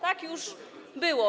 Tak już było.